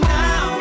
now